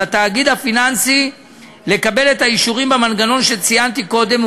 על התאגיד הפיננסי לקבל את האישורים במנגנון שציינתי קודם.